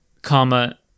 Comma